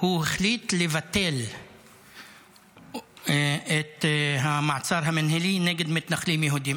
הוא החליט לבטל את המעצר המינהלי נגד מתנחלים יהודים.